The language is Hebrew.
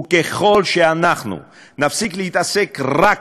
וככל שאנחנו נפסיק להתעסק רק